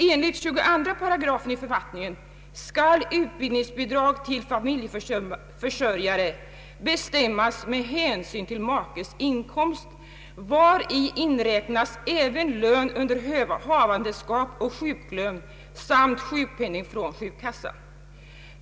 Enligt § 22 i författningen skall utbildningsbidrag till familjeförsörjare bestämmas med hänsyn till makes inkomst, vari inräknas även lön under havandeskap och sjuklön samt sjukpenning från försäkringskassa.